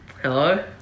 hello